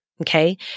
Okay